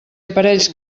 aparells